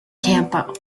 campo